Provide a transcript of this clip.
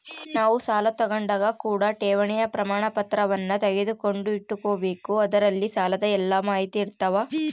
ನಾವು ಸಾಲ ತಾಂಡಾಗ ಕೂಡ ಠೇವಣಿಯ ಪ್ರಮಾಣಪತ್ರವನ್ನ ತೆಗೆದುಕೊಂಡು ಇಟ್ಟುಕೊಬೆಕು ಅದರಲ್ಲಿ ಸಾಲದ ಎಲ್ಲ ಮಾಹಿತಿಯಿರ್ತವ